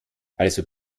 also